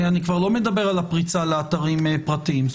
אני כבר לא מדבר על פריצה לאתרים פרטיים.